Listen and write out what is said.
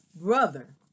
brother